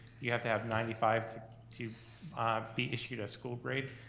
you have to have ninety five to to ah be issued a school grade,